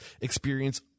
experience